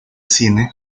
cine